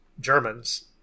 Germans